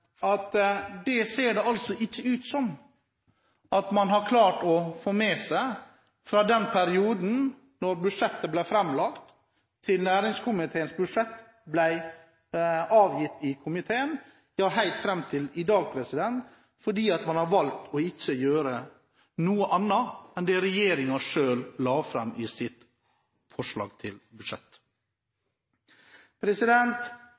underlig: Dét ser det ikke ut som man har klart å få med seg fra den perioden da budsjettet ble fremlagt, til næringskomiteens budsjett ble avgitt i komiteen, ja, helt fram til i dag, for man har valgt ikke å gjøre noe annet enn det regjeringen selv la fram i sitt forslag til